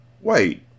Wait